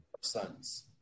sons